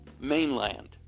mainland